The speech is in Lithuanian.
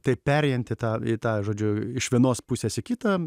tai perėjant į tą į tą žodžiu iš vienos pusės į kitą